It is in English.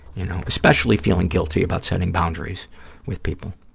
you know, especially feeling guilty about setting boundaries with people.